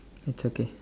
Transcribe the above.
it's okay